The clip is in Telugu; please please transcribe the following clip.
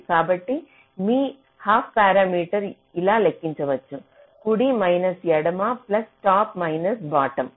కాబట్టి మీ హాఫ్ పారామీటర్ ఇలా లెక్కించవచ్చు కుడి మైనస్ ఎడమ ప్లస్ టాప్ మైనస్ బాటమ్